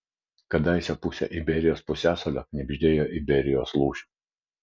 kadaise pusėje iberijos pusiasalio knibždėjo iberijos lūšių